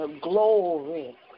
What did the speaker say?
glory